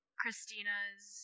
Christina's